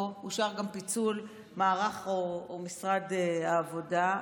אושר פה גם פיצול משרד העבודה,